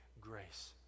grace